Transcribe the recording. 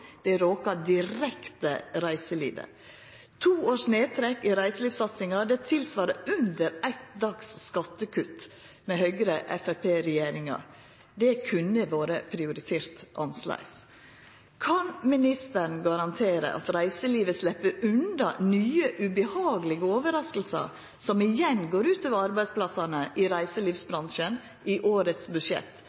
råkar reiselivet direkte. To års nedtrekk i reiselivssatsinga svarar til under ein dags skattekutt med Høgre–Framstegsparti-regjeringa. Det kunne vore prioritert annleis. Kan ministeren garantera at reiselivet slepp unna nye ubehagelege overraskingar, som igjen går ut over arbeidsplassane i reiselivsbransjen i årets budsjett,